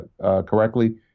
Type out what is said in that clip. correctly